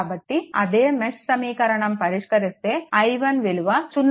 కాబట్టి అదే మెష్ సమీకరణం పరిష్కరిస్తే i1 విలువ 0